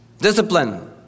Discipline